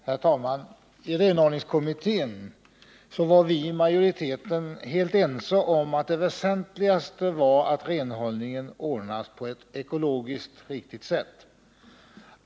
Herr talman! I renhållningskommittén var vi i majoriteten helt ense om att det väsentligaste var att renhållningen ordnades på ett ekologiskt riktigt sätt.